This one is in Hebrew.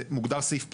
זה מוגדר סעיף פטור.